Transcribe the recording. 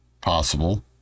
Possible